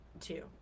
two